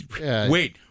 wait